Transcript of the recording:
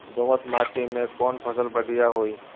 दोमट माटी में कौन फसल बढ़ीया होई?